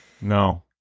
No